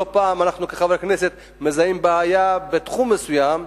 לא פעם אנחנו כחברי כנסת מזהים בעיה בתחום מסוים,